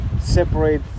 separate